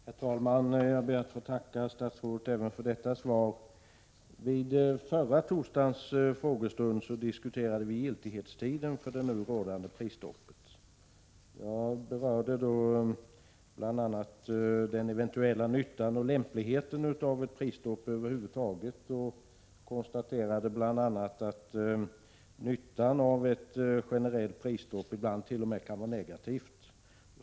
Herr talman! Jag ber att få tacka statsrådet även för detta svar. Vid förra torsdagens frågestund diskuterade vi giltighetstiden för det nu rådande prisstoppet. Jag berörde då bl.a. den eventuella nyttan och lämpligheten av ett prisstopp. Jag konstaterade exempelvis att effekten av ett generellt prisstopp ibland kan vara negativ.